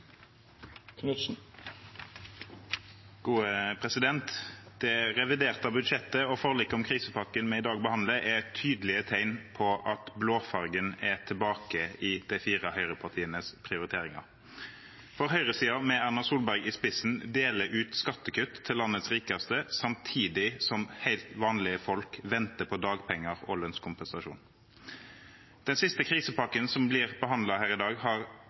Det reviderte budsjettet og forliket om krisepakken vi i dag behandler, er tydelige tegn på at blåfargen er tilbake i de fire høyrepartienes prioriteringer, for høyresiden, med Erna Solberg i spissen, deler ut skattekutt til landets rikeste, samtidig som helt vanlige folk venter på dagpenger og lønnskompensasjon. Den siste krisepakken som blir behandlet her i dag, har